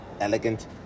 elegant